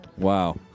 Wow